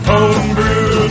Homebrew